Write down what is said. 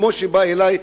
כמו שבא אלי,